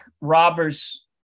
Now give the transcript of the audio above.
robbers